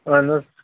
اہن حظ